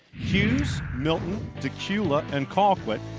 hughes, milton, dacula and colquitt.